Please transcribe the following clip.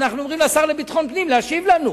ואנחנו אומרים לשר לביטחון פנים להשיב לנו.